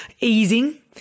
easing